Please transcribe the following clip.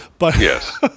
Yes